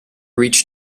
reach